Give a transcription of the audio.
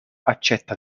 accetta